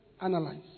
analyze